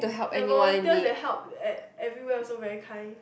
the volunteers that help at everywhere also very kind